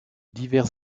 divers